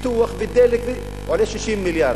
ביטוח ודלק עולה 60 מיליארד.